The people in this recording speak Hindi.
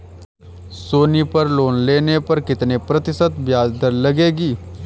सोनी पर लोन लेने पर कितने प्रतिशत ब्याज दर लगेगी?